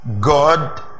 God